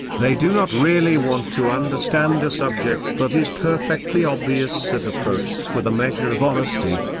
they do not really want to understand a subject that is perfectly obvious if approached with a measure of honesty.